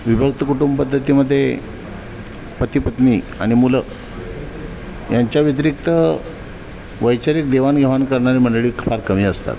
विभक्त कुटुंबपद्धतीमध्ये पती पत्नी आणि मुलं यांच्या व्यतिरिक्त वैचारिक देवाणघेवाण करणारी मंडळी फार कमी असतात